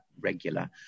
regular